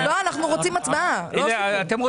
אנחנו רוצים הצבעה, לא